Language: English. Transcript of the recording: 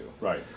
Right